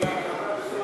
וקבוצת סיעת